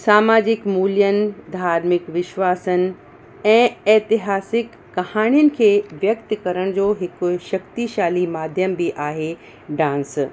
सामाजिक मूल्यनि धार्मिक विश्वासनि ऐं एतिहासिक कहाणियुनि खे व्यक्त करण जो हिकु शक्तिशाली माध्यम बि आहे डांस